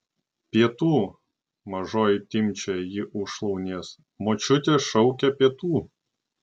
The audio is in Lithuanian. pietų mažoji timpčioja jį už šlaunies močiutė šaukia pietų